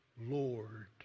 Lord